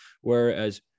whereas